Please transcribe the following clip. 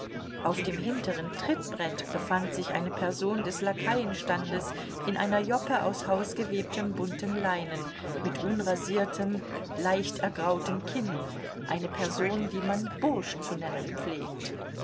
auf dem hinteren trittbrett befand sich eine person des lakaienstandes in einer joppe aus hausgewebtem buntem leinen mit unrasiertem leicht ergrautem kinn eine person die man bursch zu nennen pflegt